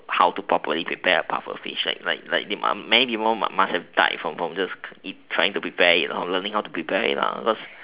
how to properly prepare a pufferfish like like like many people must have died from from just trying to prepare learning how to prepare it cause